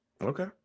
okay